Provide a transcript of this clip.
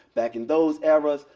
back in those areas.